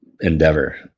endeavor